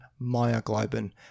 myoglobin